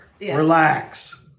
Relax